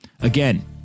Again